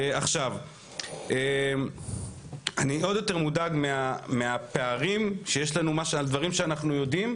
עכשיו אני עוד יותר מודאג מהפערים על דברים שאנחנו יודעים,